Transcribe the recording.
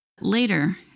later